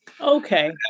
Okay